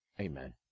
Amen